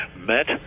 met